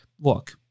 Look